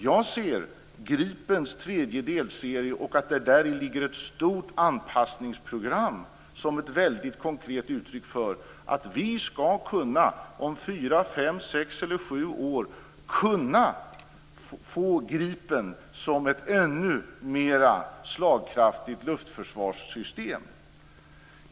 Jag ser Gripens tredje delserie, som ju är ett stort anpassningsprogram, som ett väldigt konkret uttryck för att vi om fyra, fem sex eller sju år skall kunna ha Gripen som ett ännu mera slagkraftigt luftförsvarssystem.